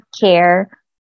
care